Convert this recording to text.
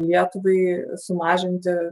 lietuvai sumažinti